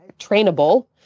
trainable